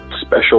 special